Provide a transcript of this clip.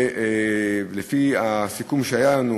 ולפי הסיכום שהיה לנו,